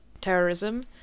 terrorism